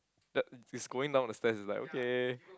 but it's going down the stairs is like okay